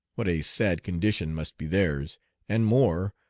what a sad condition must be theirs and more,